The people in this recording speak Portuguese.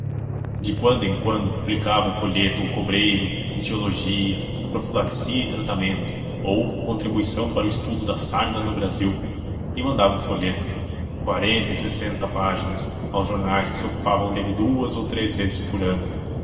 de quando em quando publicava um folheto o cobreiro etiologia profilaxia e tratamento ou contribuição para o estudo da sarna no brasil e mandava o folheto quarenta e sessenta páginas aos jornais que se ocupavam dele duas ou três vezes por ano